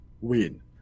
Win